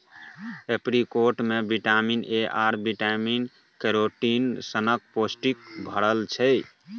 apricot मे vitamin A आर beta carotene सनक पौष्टिक भरल छै